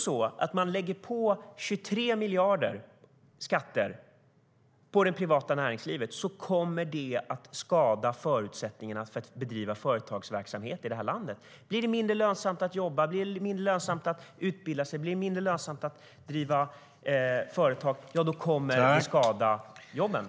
Om man lägger 23 miljarder i skatter på det privata näringslivet kommer det att skada förutsättningarna för att bedriva företagsverksamhet i detta land. Blir det mindre lönsamt att jobba, blir det mindre lönsamt att utbilda sig och blir det mindre lönsamt att driva företag kommer det att skada jobben.